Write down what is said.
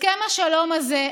הסכם השלום הזה,